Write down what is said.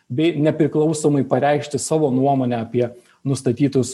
bei nepriklausomai pareikšti savo nuomonę apie nustatytus